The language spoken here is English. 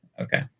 Okay